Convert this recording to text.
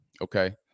Okay